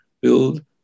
build